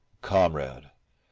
comrade,